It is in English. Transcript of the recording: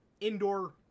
indoor